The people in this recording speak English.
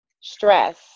stress